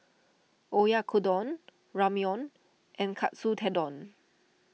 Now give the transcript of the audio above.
Oyakodon Ramyeon and Katsu Tendon